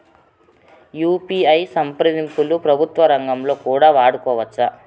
UPI సంప్రదింపులు ప్రభుత్వ రంగంలో కూడా వాడుకోవచ్చా?